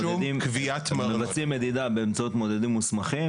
הם מבצעים מדידה באמצעות מודדים מוסמכים.